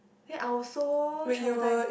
then I was so traumatised